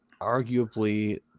arguably